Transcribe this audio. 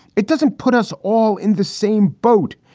it doesn't put us all in the same. vote.